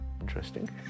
Interesting